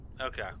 Okay